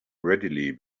readily